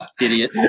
Idiot